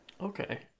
Okay